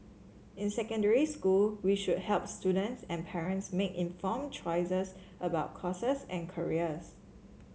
in secondary school we should help students and parents make inform choices about courses and careers